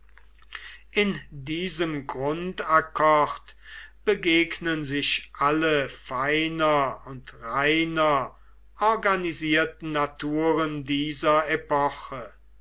in diesem grundakkord begegnen sich alle feiner und reiner organisierten naturen dieser epoche